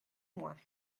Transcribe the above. moins